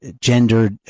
gender